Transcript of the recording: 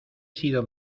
sido